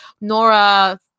nora